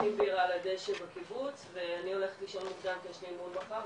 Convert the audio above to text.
ושותים בירה על הדשא בקיבוץ ואני הולכת לישון מוקדם כי יש לי אימון מחר.